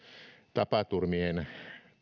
tapaturmien